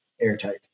airtight